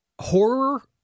horror